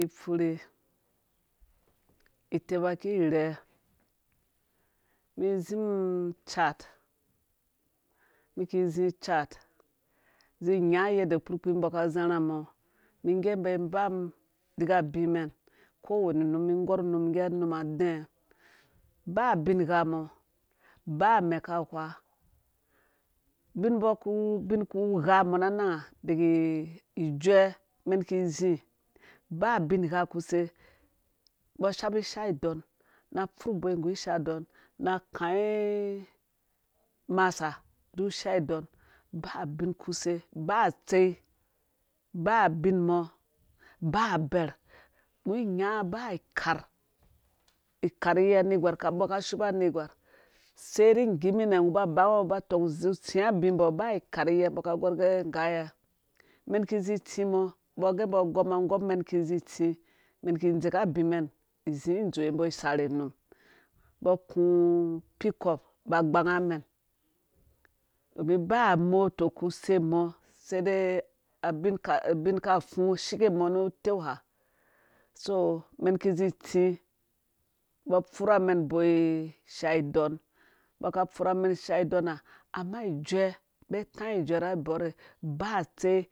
Ipfuri iteba irhɛ mi izim ucharti umum ki izi chartt uzu unya yede kurkpi umgɔ aka azarha mɔ umum nggɛ umum iba inba idika abimɛn kɛ wede num umum igɔ unum bgge unum adɛɛ ba ubingha mɔ ba omɛ ka hwa ubinmbɔ kuwu binkugha mɔ na inang ha deke ijuɛ umɛn ki zi ba ubingha. kuse umbɔ ashabi ishadɔn na apfurh bɔi nggu ishadɔn na akai umasa duk ishadɔm ba ubin. kuse ba atsei ba ubin mɔ ba abɛrh ungo inyaɔ ba ikar ikar iyiryɛ umbɔ ka ishiba anegwar seiru ingimine ungo uba ubango ungo uba utɔng uzu itsi abimbɔ ba ikaryɛ umbɔ aka igɔr gɛ ngaya umɛn ki izi itsi mɔ gɛ umbɔ agɔm angɔm umɛn ki zi itsi umɛn iki idze ka abi izi idozwe umbo isarhe arherhe num umbɔ aku puuicup ba gbanga umɛn domin baa moto kusei mɔ saide abin ka afu ashike mɔ nu uteu ha so umɛn ki izi itsi umbɔ apfurha umɛn isha idɔnaama ijuɛ umbi atai ijuɛ ra abɔrhe ba atsei